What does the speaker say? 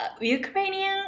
Ukrainian